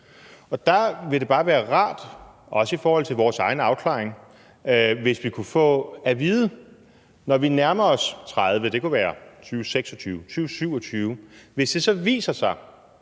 Derfor ville det bare være rart, også i forhold til vores egen afklaring, hvis vi kunne få at vide, om fru Signe Munk, hvis det viser sig,